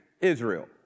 Israel